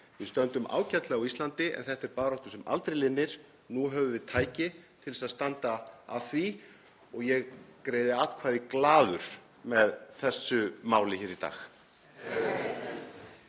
Við stöndum ágætlega á Íslandi en þetta er barátta sem aldrei linnir. Nú höfum við tæki til þess að standa að því og ég greiði glaður atkvæði með þessu máli hér í dag.